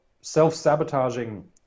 self-sabotaging